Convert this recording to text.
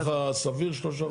וזה נראה לך סביר שלושה חודשים?